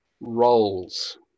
Roles